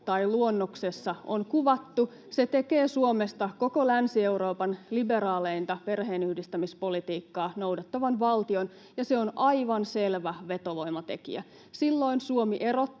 tai luonnoksessa on kuvattu, se tekee Suomesta koko Länsi-Euroopan liberaaleinta perheenyhdistämispolitiikkaa noudattavan valtion, ja se on aivan selvä vetovoimatekijä. Silloin Suomi erottuu